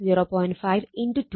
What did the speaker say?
5 2